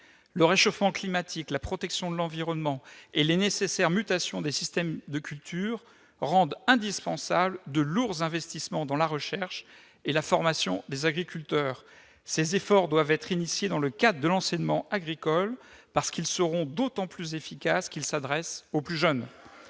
Le réchauffement climatique, la protection de l'environnement et les nécessaires mutations des systèmes de culture rendent indispensables de lourds investissements dans la recherche et la formation des agriculteurs. Ces efforts doivent être engagés dans le cadre de l'enseignement agricole. Ils seront effectivement d'autant plus efficaces s'ils s'adressent aux plus jeunes.